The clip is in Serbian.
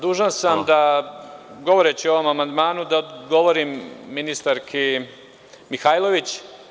Dužan sam da govoreći o ovom amandmanu, odgovorim ministarki Mihajlović.